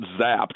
zapped